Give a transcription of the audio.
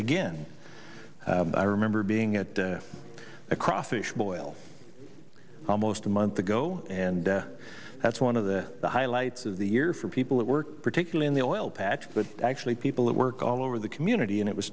again i remember being at a cross ish boil almost a month ago and that's one of the highlights of the year for people at work particularly in the oil patch but actually people at work all over the community and it was